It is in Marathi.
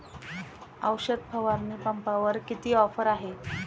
औषध फवारणी पंपावर किती ऑफर आहे?